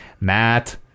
Matt